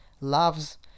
loves